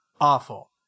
awful